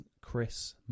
chris